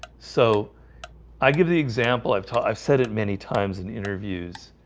so i give the example i've taught i've said it many times in interviews